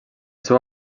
seu